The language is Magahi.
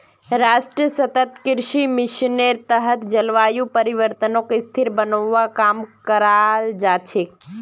राष्ट्रीय सतत कृषि मिशनेर तहत जलवायु परिवर्तनक स्थिर बनव्वा काम कराल जा छेक